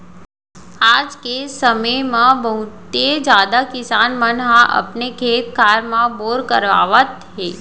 आज के समे म बहुते जादा किसान मन ह अपने खेत खार म बोर करवावत हे